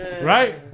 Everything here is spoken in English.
Right